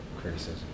criticism